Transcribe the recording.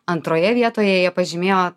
antroje vietoje jie pažymėjo